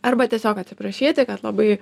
arba tiesiog atsiprašyti kad labai